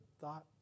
thought